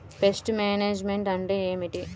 Pest management అంటే ఏమిటి?